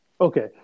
Okay